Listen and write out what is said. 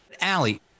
Allie